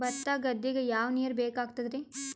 ಭತ್ತ ಗದ್ದಿಗ ಯಾವ ನೀರ್ ಬೇಕಾಗತದರೀ?